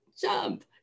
jump